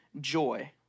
joy